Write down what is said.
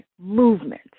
movement